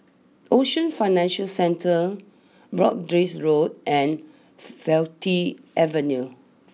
Ocean Financial Centre Broadrick Road and Faculty Avenue